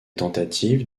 tentatives